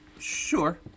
Sure